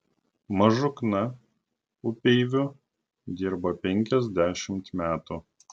mažukna upeiviu dirba penkiasdešimt metų